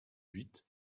huit